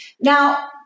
Now